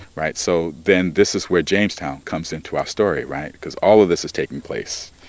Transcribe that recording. right? so then this is where jamestown comes into our story right? because all of this is taking place,